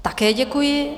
Také děkuji.